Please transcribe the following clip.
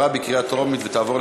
התשע"ו 2016,